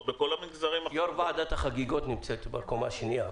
בכל המגזרים -- יו"ר ועדת החגיגות נמצאת בקומה השנייה.